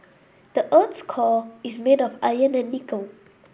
the earth's core is made of iron and nickel